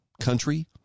country